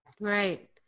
Right